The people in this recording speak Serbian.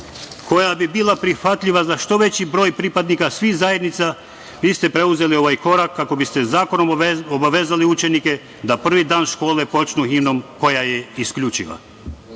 koja bi bila prihvatljiva za što veći broj pripadnika svih zajednica, vi ste preuzeli ovaj korak kako biste zakonom obavezali učenike da prvi dan škole počnu himnom koja je isključiva. Jasno